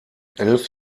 elf